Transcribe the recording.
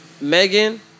Megan